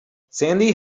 sandy